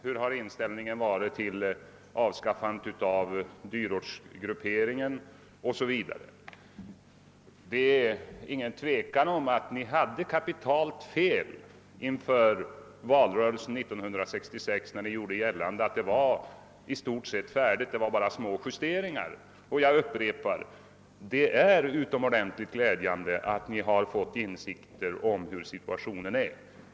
Hurudan har inställningen varit till förslaget om avskaffande av dyrortsgrupperingen? Det råder ingen tvekan om att ni hade kapitalt fel i valrörelsen 1966, då ni gjorde gällande att jämlikhetsfrågan i stort sett var löst och att det endast återstod små justeringar. Jag upprepar att det är glädjande att ni har fått klart för er hurdan situationen är.